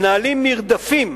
מנהלים מרדפים